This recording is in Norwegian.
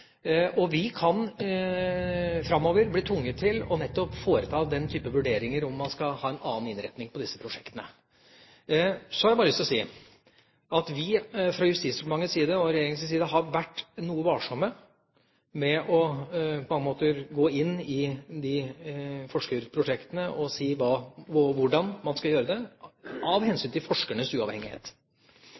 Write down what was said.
Vi kan framover bli tvunget til nettopp å foreta den type vurderinger, om man skal ha en annen innretning på disse prosjektene. Så har jeg bare lyst til å si at vi fra Justisdepartementets side og fra regjeringas side har vært noe varsomme med å gå inn i de forskningsprosjektene og si hvordan man skal gjøre det, av hensyn til forskernes uavhengighet.